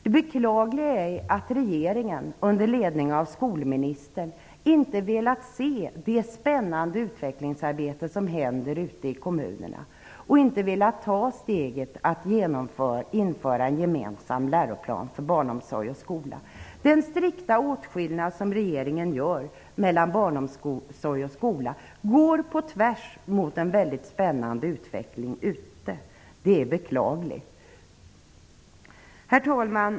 Det beklagliga är att regeringen under ledning av skolministern inte velat se det spännande utvecklingsarbete som sker ute i kommunerna och inte heller velat ta steget att införa en gemensam läroplan för barnomsorg och skola. Den strikta åtskillnad som regeringen gör mellan barnomsorg och skola går på tvärs mot en mycket spännande utveckling på fältet. Det är beklagligt. Herr talman!